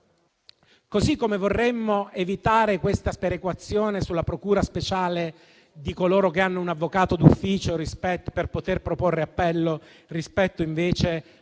Così come vorremmo evitare questa sperequazione sulla procura speciale di coloro che hanno un avvocato d'ufficio per poter proporre appello rispetto a